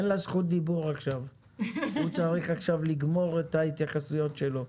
אני רוצה שעופר לוי יסיים את ההתייחסויות שלו.